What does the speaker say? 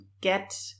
Get